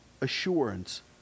assurance